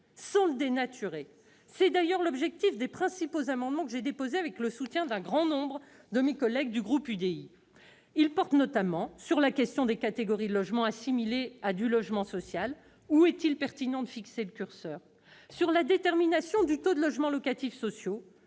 -sans le dénaturer. C'est d'ailleurs l'objet des principaux amendements que j'ai déposés, avec le soutien d'un grand nombre de mes collègues du groupe UDI-UC. Ces amendements visent notamment la question des catégories de logement assimilées à du logement social : où est-il pertinent de placer le curseur ? Ils ont également pour objet la détermination du taux de logements locatifs sociaux.